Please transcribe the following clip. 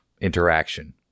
interaction